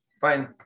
Fine